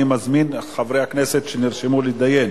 אני מזמין את חברי הכנסת שנרשמו להידיין